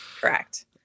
Correct